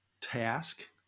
task